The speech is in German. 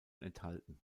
enthalten